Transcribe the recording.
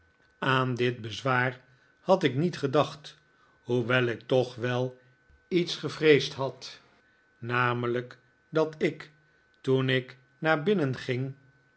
aan dit bezwaar had ik niet gedaclvt hoewel ik toch wel iets gevreesd had namelijk dat ik toen ik naar binnen ging